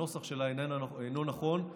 הנוסח שלה אינו נכון.